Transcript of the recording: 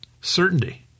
certainty